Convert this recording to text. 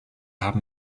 haben